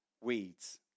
weeds